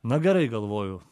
na gerai galvoju